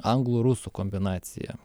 anglų rusų kombinacija